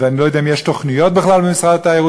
ואני לא יודע אם יש תוכניות בכלל במשרד התיירות